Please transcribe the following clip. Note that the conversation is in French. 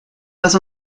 pas